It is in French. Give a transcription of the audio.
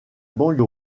banlieue